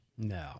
No